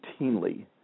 routinely